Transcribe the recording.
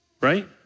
Right